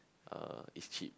uh it's cheap